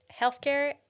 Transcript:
healthcare